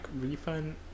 refund